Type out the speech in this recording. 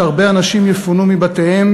הוא אומר שהרבה אנשים יפונו מבתיהם,